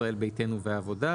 ישראל ביתנו והעבודה,